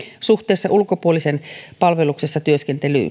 suhteessa ulkopuolisen palveluksessa työskentelyyn